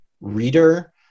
reader